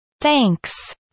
Thanks